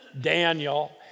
Daniel